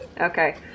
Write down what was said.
Okay